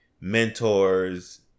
mentors